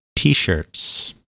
T-shirts